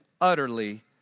utterly